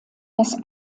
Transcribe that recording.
das